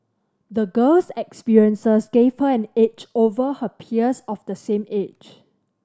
the girl's experiences gave her an edge over her peers of the same age